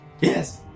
Yes